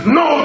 no